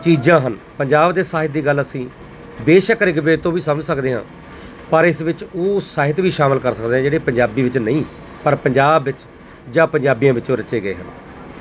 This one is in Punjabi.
ਚੀਜ਼ਾਂ ਹਨ ਪੰਜਾਬ ਦੇ ਸਾਹਿਤ ਦੀ ਗੱਲ ਅਸੀਂ ਬੇਸ਼ੱਕ ਰਿਗਵੇਦ ਤੋਂ ਵੀ ਸਮਝ ਸਕਦੇ ਹਾਂ ਪਰ ਇਸ ਵਿੱਚ ਉਹ ਸਾਹਿਤ ਵੀ ਸ਼ਾਮਿਲ ਕਰ ਸਕਦੇ ਹਾਂ ਜਿਹੜੇ ਪੰਜਾਬੀ ਵਿੱਚ ਨਹੀਂ ਪਰ ਪੰਜਾਬ ਵਿੱਚ ਜਾਂ ਪੰਜਾਬੀਆਂ ਵਿੱਚੋਂ ਰਚੇ ਗਏ ਹਨ